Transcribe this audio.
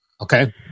Okay